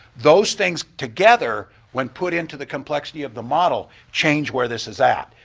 those things together when put into the complexity of the model change where this is at.